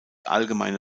allgemeine